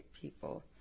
people